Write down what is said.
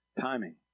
timing